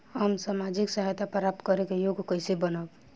हम सामाजिक सहायता प्राप्त करे के योग्य कइसे बनब?